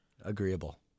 Agreeable